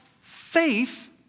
faith-